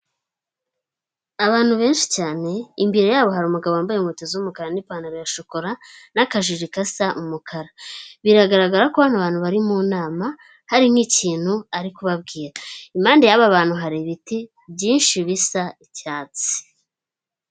Abantu benshi cyane imbere yabo hari umugabo wambaye inkweto z'umukara n'ipantaro ya shokora n'akajiji gasa umukara, biragaragara ko bano abantu bari mu nama hari nk'ikintu ari kubabwira, impande y'aba bantu hari ibiti byinshi bisa icyatsi.